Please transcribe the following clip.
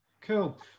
cool